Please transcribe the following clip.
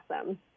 awesome